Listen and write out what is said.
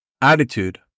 attitude